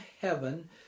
heaven